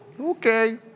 Okay